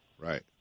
Right